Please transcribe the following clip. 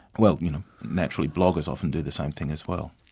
well you know naturally bloggers often do the same thing as well.